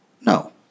No